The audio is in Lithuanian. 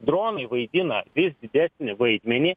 dronai vaidina vis didesnį vaidmenį